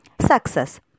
success